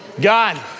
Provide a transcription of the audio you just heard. God